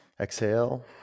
exhale